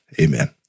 Amen